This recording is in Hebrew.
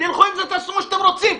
תלכו עם זה ותעשו מה שאתם רוצים.